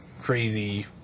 crazy